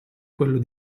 quello